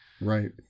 Right